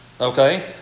Okay